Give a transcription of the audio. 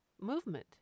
movement